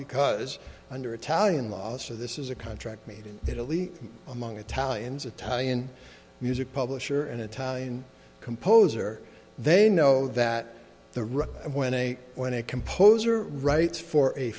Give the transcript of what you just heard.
because under italian law so this is a contract made in italy among italians italian music publisher and italian composer they know that the rock and when a when a composer writes for a